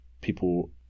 people